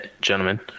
gentlemen